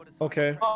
Okay